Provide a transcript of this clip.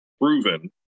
proven